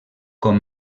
com